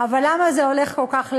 אבל למה זה הולך כל כך לאט?